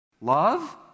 Love